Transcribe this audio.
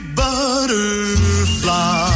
butterfly